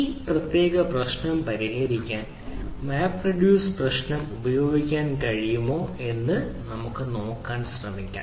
ഈ പ്രത്യേക പ്രശ്നം പരിശോധിക്കാൻ മാപ്പ് റെഡ്യൂസ് പ്രശ്നം ഉപയോഗിക്കാൻ കഴിയുമോ എന്ന് നോക്കാൻ നമ്മൾ ശ്രമിക്കുന്നത്